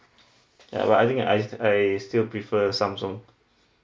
ya but I think I I still prefer uh Samsung